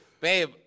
Babe